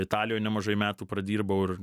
italijoj nemažai metų pradirbau ir